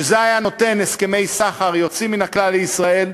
וזה היה נותן הסכמי סחר יוצאים מן הכלל לישראל,